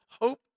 hope